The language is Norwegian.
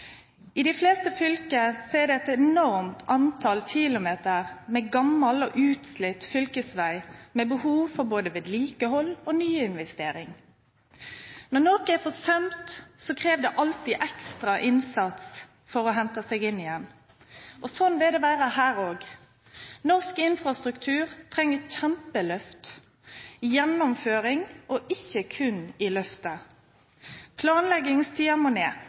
I de fleste fylker er det et enormt antall kilometer med gammel og utslitt fylkesvei, med behov for både vedlikehold og nyinvestering. Når noe er forsømt, kreves det alltid ekstra innsats for å hente seg inn igjen. Sånn vil det være her også. Norsk infrastruktur trenger et kjempeløft – gjennomføring, ikke kun løfter. Planleggingstiden må ned.